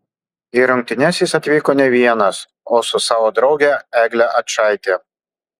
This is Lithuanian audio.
į rungtynes jis atvyko ne vienas o su savo drauge egle ačaite